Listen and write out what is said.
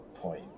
point